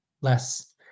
less